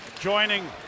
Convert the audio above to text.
joining